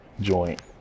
joint